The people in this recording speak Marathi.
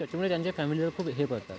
त्याच्यामुळे त्यांच्या फॅमिलीला खूप हे पडतात